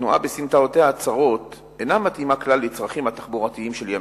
והתנועה בסמטאותיה הצרות אינה מתאימה כלל לצרכים התחבורתיים של ימינו.